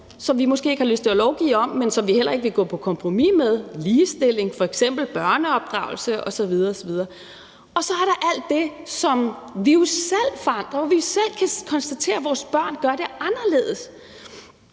som vi måske ikke har lyst til at lovgive om, men som vi heller ikke vil gå på kompromis med, f.eks. ligestilling, børneopdragelse osv. osv. Så er der jo alt det, som vi selv forandrer, og hvor vi selv kan konstatere, at vores børn gør det anderledes.